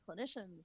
clinicians